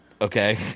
Okay